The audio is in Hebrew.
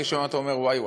אני שומע אותו אומר: וואי,